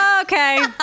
Okay